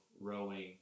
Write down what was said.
rowing